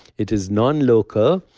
it is non-local.